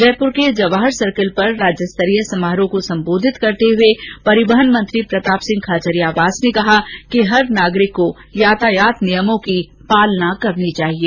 जयपुर के जवाहर सर्किल पर राज्य स्तरीय समारोह को संबोधित करते हुए परिवहन मंत्री प्रताप सिंह खाचरियावास ने कहा कि प्रत्येक नागरिक को यातायात के नियमों की पालना करनी चाहिये